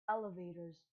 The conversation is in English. elevators